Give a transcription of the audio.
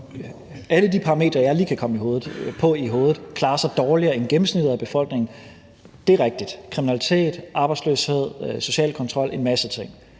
alle de parametre, som jeg lige kan komme på i hovedet, klarer sig dårligere end gennemsnittet af befolkningen: kriminalitet, arbejdsløshed, social kontrol, en masse ting.